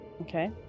Okay